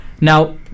Now